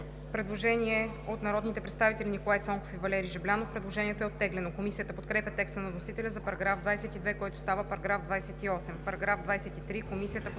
предложение от народните представители Николай Цонков и Валери Жаблянов. Предложението е оттеглено. Комисията подкрепя текста на вносителя за § 22, който става § 28.